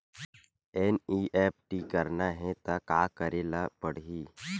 NEFT करना हे त का करे ल पड़हि?